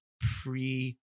pre